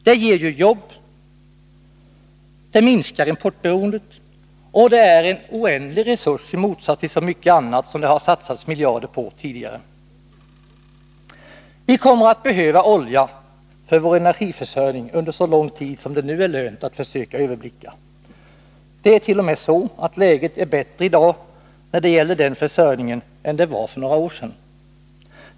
Det ger jobb, minskar importberoendet och är en oändlig resurs i motsats till så mycket annat som det har satsats miljarder på tidigare. Vi kommer att behöva olja för vår energiförsörjning under så lång tid som det nu är lönt att försöka överblicka. Det ärt.o.m. så att läget är bättre i dag när det gäller den försörjningen än det var för några år sedan.